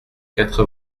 quatre